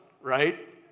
right